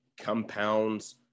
compounds